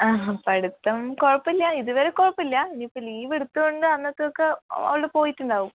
ആ പഠിത്തം കുഴപ്പമില്ല ഇത് വരെ കുഴപ്പമില്ല ഇനി ഇപ്പം ലീവ് എടുത്തുകൊണ്ട് അന്നത്ത ഒക്കെ ഓള് പോയിട്ട് ഉണ്ടാകും